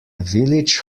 village